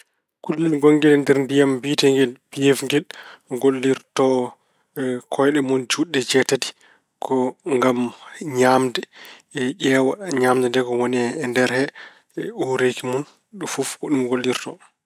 Kullel ngonngel e nder ndiyam biyeteengel piyeewre ngel, gollirto kooyɗe mun juutɗe jeetati ko ngam ñaamde. Ƴeewa ñaamde nde ko woni e nder he, e uureeki mun. Ɗum fof ko ɗum gollirto.